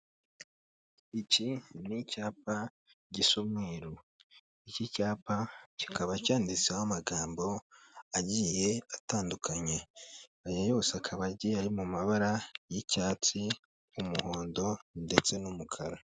Iki ni icyapa gisa umweru, iki cyapa kikaba cyanditseho amagambo agiye atandukanye, aya yose akaba agiye ari mu mabara y'icyatsi, umuhondo ndetse n'umukara.